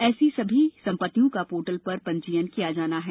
ऐसी सभी संपत्तियों का पोर्टल पर पंजीयन किया जाना है